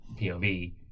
POV